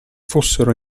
fossero